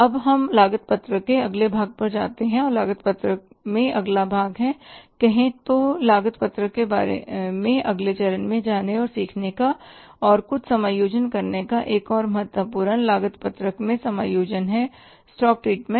अब हम लागत पत्रक के अगले भाग पर जाते हैं और लागत पत्रक में अगला भाग है कहे तो लागत पत्रक के बारे में अगले चरण में जाने और सीखने का और कुछ समायोजन करने का और एक महत्वपूर्ण लागत पत्रक में समायोजन है स्टॉक ट्रीटमेंट